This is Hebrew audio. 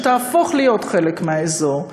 שתהפוך להיות חלק מהאזור,